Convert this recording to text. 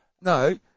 No